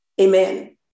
Amen